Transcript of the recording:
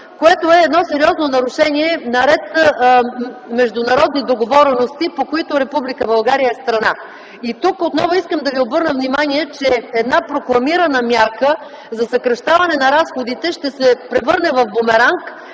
Това е сериозно нарушение на ред международни договорености, по които Република България е страна. Тук отново искам да Ви обърна внимание, че една прокламирана мярка за съкращаване на разходите ще се превърне в бумеранг